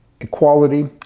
equality